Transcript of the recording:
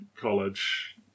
college